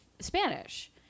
Spanish